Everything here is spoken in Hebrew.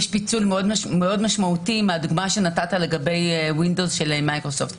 יש פיצול מאוד משמעותי מהדוגמה שנתת לגבי windows של מייקרוסופט.